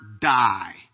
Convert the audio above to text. die